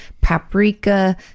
paprika